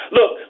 Look